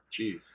jeez